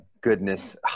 goodness